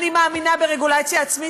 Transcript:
אני מאמינה ברגולציה עצמית.